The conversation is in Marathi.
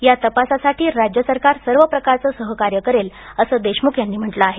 या तपासासाठी राज्य सरकार सर्व प्रकारच सहकार्य करेल अस देशमुख यांनी म्हटलं आहे